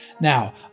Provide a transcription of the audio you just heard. Now